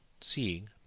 seeing